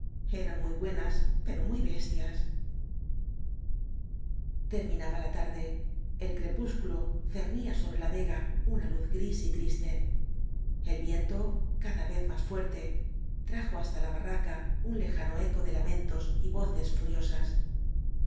eran muy buenas pero muy bestias terminaba la tarde el crepúsculo cernía sobre la vega una luz gris y triste el viento cadífvez más fuerte trajo hasta la barraca un lejano eco de lamentos y voces furiosas